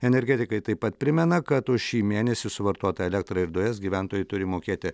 energetikai taip pat primena kad už šį mėnesį suvartotą elektrą ir dujas gyventojai turi mokėti